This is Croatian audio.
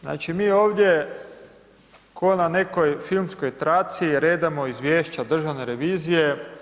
Znači, mi ovdje kao na nekoj filmskoj traci redamo izvješća državne revizije.